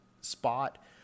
spot